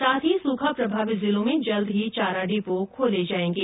साथ ही सूखा प्रभावित जिलों में जल्द ही चारा डिपो खोले जाएंगे